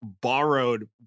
borrowed